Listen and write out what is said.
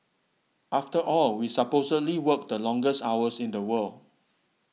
after all we supposedly work the longest hours in the world